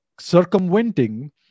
circumventing